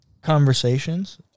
conversations